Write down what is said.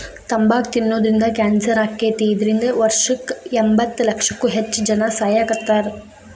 ತಂಬಾಕ್ ತಿನ್ನೋದ್ರಿಂದ ಕ್ಯಾನ್ಸರ್ ಆಕ್ಕೇತಿ, ಇದ್ರಿಂದ ವರ್ಷಕ್ಕ ಎಂಬತ್ತಲಕ್ಷಕ್ಕೂ ಹೆಚ್ಚ್ ಜನಾ ಸಾಯಾಕತ್ತಾರ